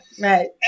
Right